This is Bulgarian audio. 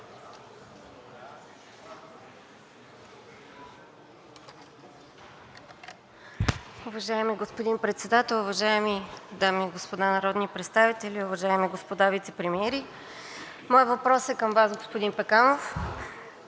Моят въпрос е към Вас, господин Пеканов,